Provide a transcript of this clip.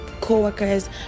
coworkers